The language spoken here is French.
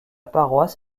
paroisse